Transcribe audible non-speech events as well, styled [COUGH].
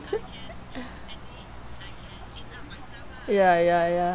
[LAUGHS] ya ya ya